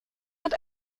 hat